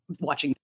watching